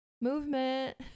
movement